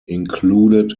included